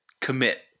commit